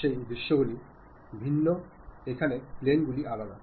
সেই দৃশ্যগুলি ভিন্ন এখানে প্লেন গুলি আলাদা